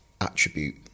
attribute